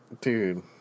Dude